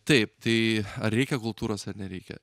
taip tai ar reikia kultūros ar nereikia